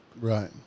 Right